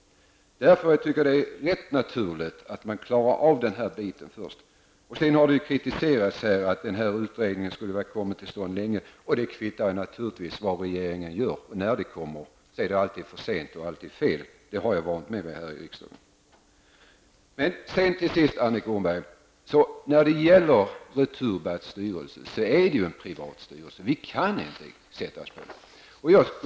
Jag tycker att det är rätt naturligt att man klarar av detta problem först. Det har framförts kritik som går ut på att utredningen skulle ha kommit till stånd långt tidigare. Det kvittar naturligtvis vad regeringen gör. När utredningar kommer till stånd är det alltid för sent och fel på något sätt. Det har jag vant mig vid här i riksdagen. Till sist, Annika Åhnberg, Returbatts styrelse är en privat styrelse. Vi kan inte sätta oss på den.